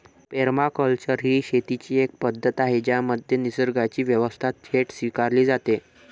permaculture ही शेतीची एक पद्धत आहे ज्यामध्ये निसर्गाची व्यवस्था थेट स्वीकारली जाते